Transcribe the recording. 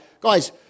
guys